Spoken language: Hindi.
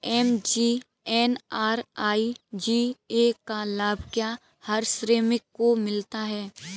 एम.जी.एन.आर.ई.जी.ए का लाभ क्या हर श्रमिक को मिलता है?